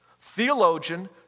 Theologian